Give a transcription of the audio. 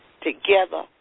together